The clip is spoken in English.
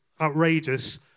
outrageous